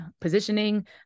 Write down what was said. positioning